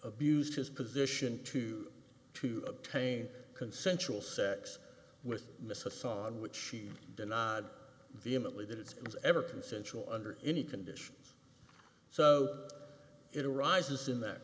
abused his position to to obtain consensual sex with mississauga which she denied vehemently that it was ever consensual under any conditions so it arises in that